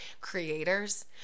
Creators